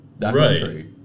Right